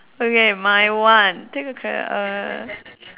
okay my one take a charac~ uh